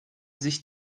sich